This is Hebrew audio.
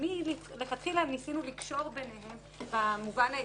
ומלכתחילה ניסינו לקשור ביניהם במובן העקרוני.